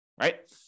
right